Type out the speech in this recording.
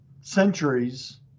centuries